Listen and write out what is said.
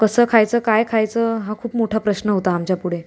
कसं खायचं काय खायचं हां खूप मोठा प्रश्न होता आमच्यापुढे